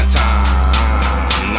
time